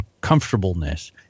comfortableness